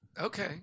okay